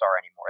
anymore